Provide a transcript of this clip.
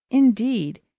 indeed,